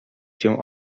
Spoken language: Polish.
cię